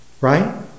right